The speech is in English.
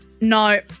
No